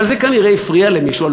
אבל זה כנראה הפריע למישהו.